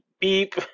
Beep